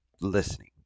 listening